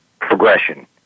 progression